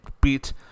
beat